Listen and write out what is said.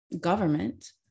government